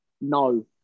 No